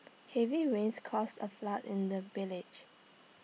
heavy rains caused A flood in the village